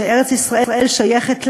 שווייץ,